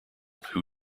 who